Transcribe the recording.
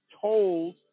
told